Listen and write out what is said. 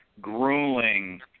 grueling